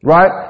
Right